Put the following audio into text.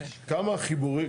כמה חיבורים,